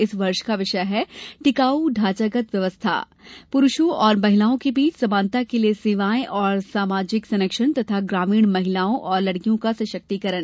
इस वर्ष का विषय है टिकाऊ ढांचागत व्यवस्था पुरूषों और महिलाओं के बीच समानता के लिए सेवाएं और सामाजिक संरक्षण तथा ग्रामीण महिलाओं और लड़कियों का सशक्तिकरण